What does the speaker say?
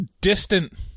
distant